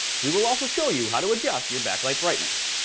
we will also show you how to adjust your backlight brightness.